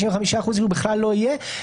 95 אחוזים בכלל לא יהיו,